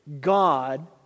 God